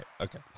okay